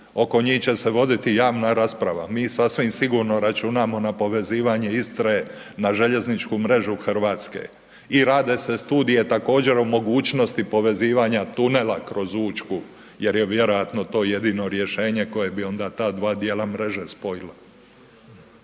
oko njih će se voditi javna rasprava, mi sasvim sigurno računamo na povezivanje Istre na željezničku mrežu RH i rade se studije također o mogućnosti povezivanja tunela kroz Učku jer je vjerojatno to jedino rješenje koje bi onda ta dva dijela mreže spojila.